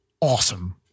awesome